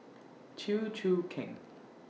Chew Choo Keng